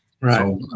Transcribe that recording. Right